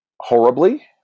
horribly